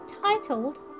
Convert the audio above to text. titled